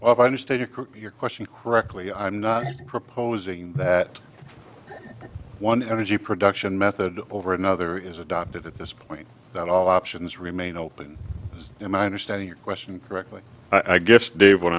of understating your question correctly i'm not proposing that one energy production method over another is adopted at this point that all options remain open and i understand your question correctly i guess dave wh